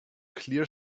clear